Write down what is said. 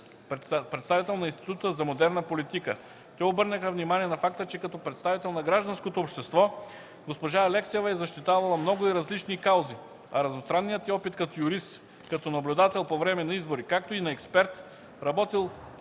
представител на Института за модерна политика. Те обърнаха внимание на факта, че като представител на гражданското общество, госпожа Алексиева е защитавала много и различни каузи, а разностранният й опит като юрист, като наблюдател по време на избори, както и на експерт, работил